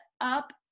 up